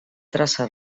traça